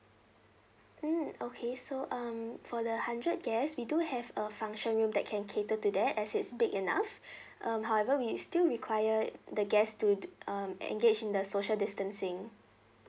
mm okay so um for the hundred guests we do have a function room that can cater to that as it's big enough um however we still require the guests to do um engage in the social distancing